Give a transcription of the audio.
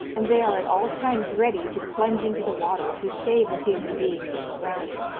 and they are at all times ready to plunge into the water to save a human being from drowning.